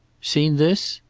seen this?